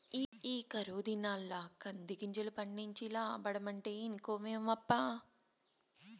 ఈ కరువు దినాల్ల కందిగింజలు పండించి లాబ్బడమంటే ఇనుకోవేమప్పా